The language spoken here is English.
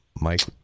Mike